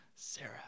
Sarah